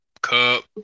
Cup